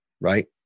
right